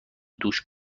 دوش